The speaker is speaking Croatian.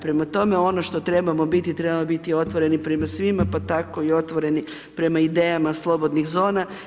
Prema tome, ono što trebamo biti, trebamo biti otvoreni prema svima pa tako i otvoreni prema idejama slobodnih zona.